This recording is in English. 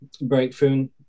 breakthrough